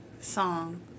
song